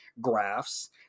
graphs